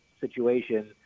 situation